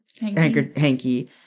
hanky